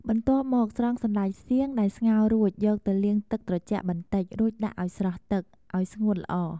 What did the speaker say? បន្ទាប់មក ស្រង់សណ្ដែកសៀងដែលស្ងោររួច យកទៅលាងទឹកត្រជាក់បន្តិច រួចដាក់ឱ្យស្រស់ទឹក ឱ្យស្ងួតល្អ។